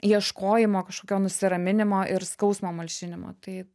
ieškojimo kažkokio nusiraminimo ir skausmo malšinimo tai